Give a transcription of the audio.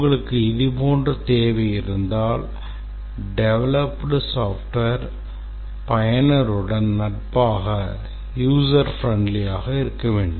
உங்களுக்கு இது போன்ற தேவை இருந்தால் developed software பயனருடன் நட்பாக இருக்க வேண்டும்